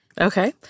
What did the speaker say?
Okay